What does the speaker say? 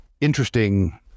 interesting